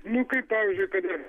nu kaip pavyzdžiui kad ir